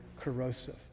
corrosive